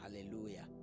Hallelujah